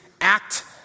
act